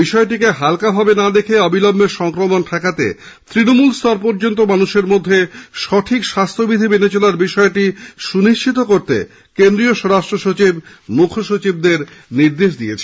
বিষয়টিকে হাল্কা ভাবে না দেখে অবিলম্বে সংক্রমণ ঠেকাতে তৃণমূল স্তর পর্যন্ত মানুষের মধ্যে সঠিক স্বাস্থ্যবিধি মেনে চলার বিষয়টি সুনিশ্চিত করতে কেন্দ্রীয় স্বরাষ্ট্রসচিব মুখ্যসচিবদের নির্দেশ দিয়েছেন